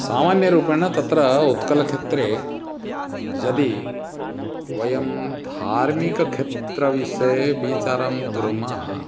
सामान्यरूपेण तत्र उत्कलक्षेत्रे यदि वयं धार्मिकक्षेत्रविषये विचारं कुर्मः